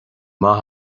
maith